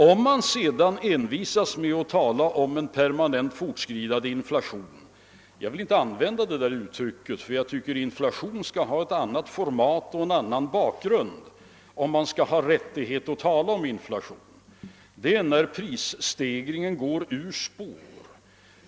'Om man sedan envisas med att tala om en permanent fortskridande inflation — jag vill inte använda detta uttryck eftersom jag tycker att en infiation skall ha en annan form och en annan bakgrund om man skall ha rättighei att benämna den inflation — menar man att prisstegringen går ur spår.